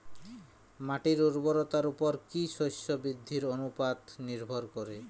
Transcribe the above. মাটির উর্বরতার উপর কী শস্য বৃদ্ধির অনুপাত নির্ভর করে?